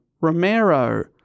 Romero